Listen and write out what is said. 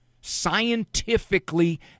scientifically